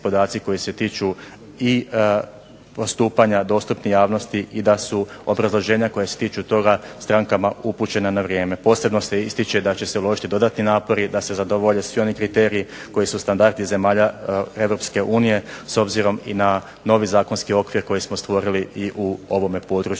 se ističe da će se uložiti dodatni napori da se zadovolje svi oni kriteriji koji su standardi zemalja Europske unije, s obzirom i na novi zakonski okvir koji smo stvorili i u ovome području.